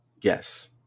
yes